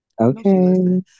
Okay